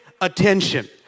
attention